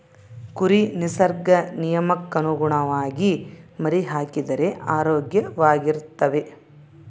ಕುರಿ ನಿಸರ್ಗ ನಿಯಮಕ್ಕನುಗುಣವಾಗಿ ಮರಿಹಾಕಿದರೆ ಆರೋಗ್ಯವಾಗಿರ್ತವೆ